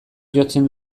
jotzen